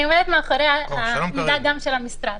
אני עומדת מאחורי העמדה גם של המשרד.